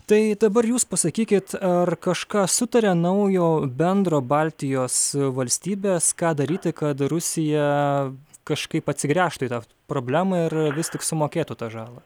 tai dabar jūs pasakykit ar kažką sutaria naujo bendro baltijos valstybės ką daryti kad rusija kažkaip atsigręžtų į tą problemą ir vis tik sumokėtų tą žalą